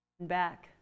back